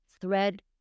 thread